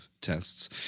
tests